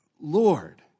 Lord